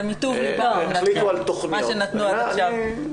זה מטוב ליבם מה שנתנו עד עכשיו.